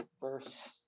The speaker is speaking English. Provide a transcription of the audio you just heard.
verse